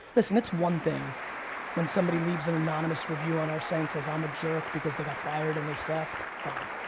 listen, it's one thing when somebody leaves an anonymous review on our site and says i'm a jerk because they got fired and they sucked. fine.